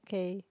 okay